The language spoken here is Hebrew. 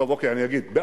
חברתית